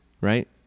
right